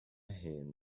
haon